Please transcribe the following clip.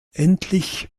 endlich